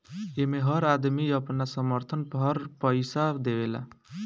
एमे हर आदमी अपना सामर्थ भर पईसा देवेला